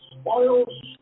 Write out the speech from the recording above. Spoils